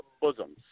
bosoms